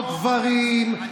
או גברים,